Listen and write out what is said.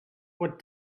what